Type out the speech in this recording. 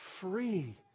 free